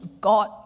God